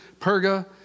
Perga